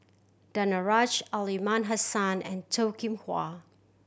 Danaraj Aliman Hassan and Toh Kim Hwa